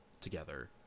together